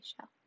show